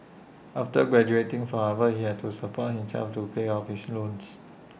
after graduating from Harvard he had to support himself to pay off his loans